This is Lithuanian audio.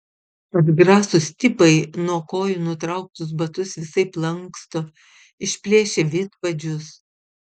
atgrasūs tipai nuo kojų nutrauktus batus visaip lanksto išplėšia vidpadžius